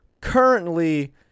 Currently